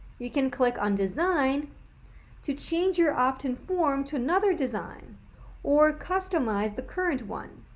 you can click on design to change your opt-in form to another design or customize the current one.